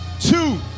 two